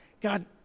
God